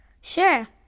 Sure